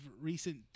recent